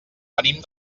venim